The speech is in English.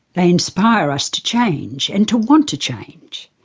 they inspire us to change, and to want to change.